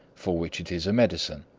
for which it is a medicine.